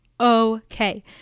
Okay